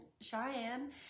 Cheyenne